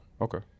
Okay